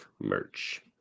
merch